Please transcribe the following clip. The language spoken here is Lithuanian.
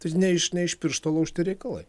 tai ne iš ne iš piršto laužti reikalai